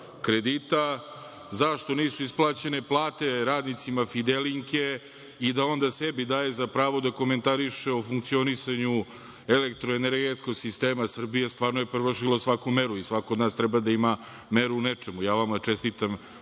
kredita, zašto nisu isplaćene plate radnicima „Fidelinke“ i da onda sebi daje za pravo da komentariše o funkcionisanju elektroenergetskog sistema Srbije, stvarno je prevršilo svaku meru i svako od nas treba da ima meru u nečemu. Ja vama čestitam